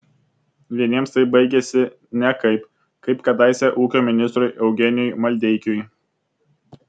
vieniems tai baigiasi nekaip kaip kadaise ūkio ministrui eugenijui maldeikiui